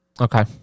okay